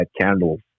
candles